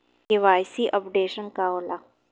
KYC updation का होला?